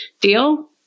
Deal